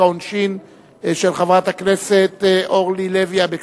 העונשין של חברת הכנסת אורלי לוי אבקסיס,